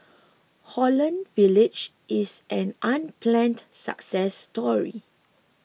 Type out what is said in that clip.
Holland Village is an unplanned success story